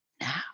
now